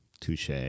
Touche